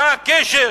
מה הקשר